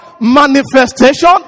manifestation